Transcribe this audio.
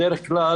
בדרך כלל,